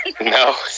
No